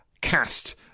cast